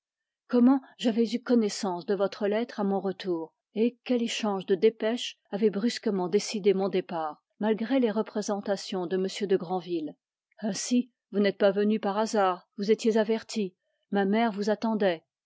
comment j'avais eu connaissance de votre lettre à mon retour et quel échange de dépêches avait brusquement décidé mon départ malgré les représentations de m de grandville ainsi vous n'êtes pas venu par hasard vous étiez averti ma mère vous attendait